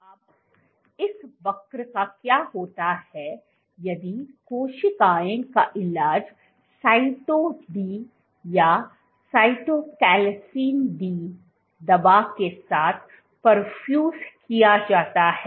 अब इस वक्र का क्या होता है यदि कोशिकाओं का इलाज साइटो डी या साइटोकैलासिन डी दवा के साथ परफ्यूज किया जाता है